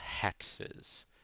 hexes